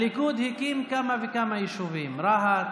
הליכוד הקים כמה וכמה יישובים, רהט,